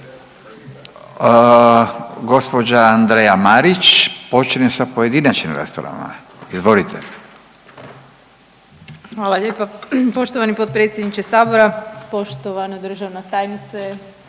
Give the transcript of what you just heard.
Gospođa Andreja Marić počinje sa pojedinačnim raspravama. Izvolite. **Marić, Andreja (SDP)** Hvala lijepa poštovani potpredsjedniče sabora. Poštovana državna tajnice,